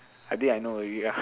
I think I know already lah